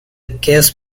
cash